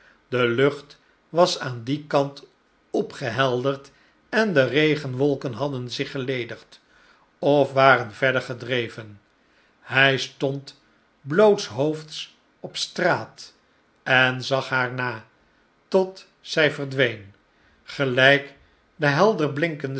de lucht was aan dien kant opgehelderd en de regenwolken hadden zich geledigd of waren verder gedreven hi stond blootshoofds op straat en zag haar na tot zij verdween gelijk de helder